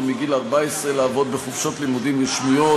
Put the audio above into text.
מגיל 14 לעבוד בחופשות לימודים רשמיות,